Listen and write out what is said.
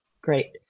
great